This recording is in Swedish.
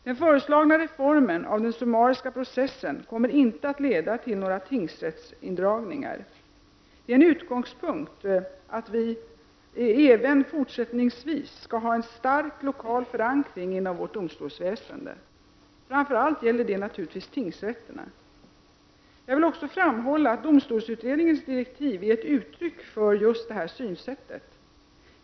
Den föreslagna reformen av den summariska processen kommer inte att leda till några tingsrättsindragningar. Det är en utgångspunkt att vi även fortsättningsvis skall ha en stark lokal förankring inom vårt domstolsväsende. Framför allt gäller det naturligtvis tingsrätterna. Jag vill också framhålla att domstolsutredningens direktiv är ett uttryck för just detta synsätt.